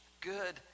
good